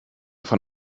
von